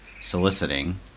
soliciting